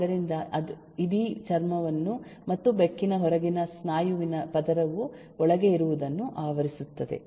ಆದ್ದರಿಂದ ಅದು ಇಡೀ ಚರ್ಮವನ್ನು ಮತ್ತು ಬೆಕ್ಕಿನ ಹೊರಗಿನ ಸ್ನಾಯುವಿನ ಪದರವು ಒಳಗೆ ಇರುವುದನ್ನು ಆವರಿಸುತ್ತದೆ